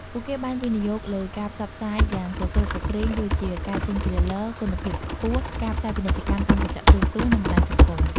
ពួកគេបានវិនិយោគលើការផ្សព្វផ្សាយយ៉ាងគគ្រឹកគគ្រេង ដូចជាការចេញ trailer គុណភាពខ្ពស់ ការផ្សាយពាណិជ្ជកម្មតាមកញ្ចក់ទូរទស្សន៍ និងបណ្តាញសង្គម។